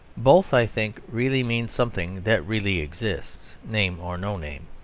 both, i think, really mean something that really exists, name or no name.